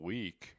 Week